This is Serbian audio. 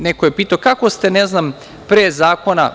Neko je pitao kako ste, ne znam, pre zakona.